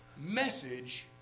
message